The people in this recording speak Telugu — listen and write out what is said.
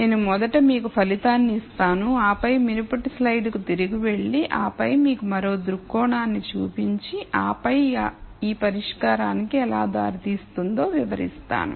నేను మొదట మీకు ఫలితాన్ని ఇస్తాను ఆపై మునుపటి స్లైడ్కు తిరిగి వెళ్లి ఆపై మీకు మరో దృక్కోణాన్ని చూపించి ఆపై ఈ పరిష్కారానికి ఎలా దారితీస్తుందో వివరిస్తాను